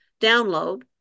download